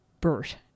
BERT